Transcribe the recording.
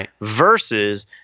versus